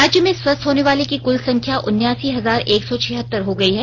राज्य में स्वस्थ होने वालों की कुल संख्या उन्यासी हजार एक सौ छिहतर हो गई है